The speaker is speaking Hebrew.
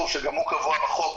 שגם הוא קבוע בחוק,